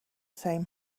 same